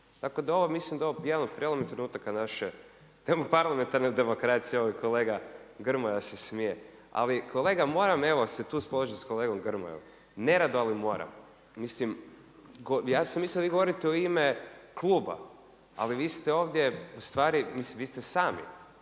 Tako da mislim da je ovo jedan od prijelomnih trenutaka naše demo parlamentarne demokracije, evo i kolega Grmoja se smije. Ali kolega moram, evo se tu složit s kolegom Grmojom, nerado ali moram. Mislim ja sam mislio da vi govorite u ime kluba, ali vi ste ovdje ustvari, mislim vi ste sami,